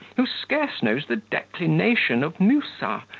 who scarce knows the declination of musa,